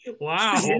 Wow